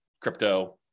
crypto